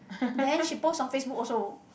then she post on Facebook also